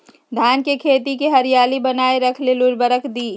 धान के खेती की हरियाली बनाय रख लेल उवर्रक दी?